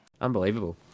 Unbelievable